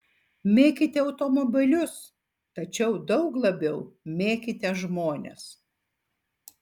mėkite automobilius tačiau daug labiau mėkite žmones